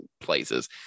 places